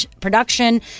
production